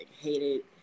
hated